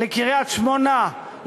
לקריית-שמונה,